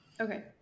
Okay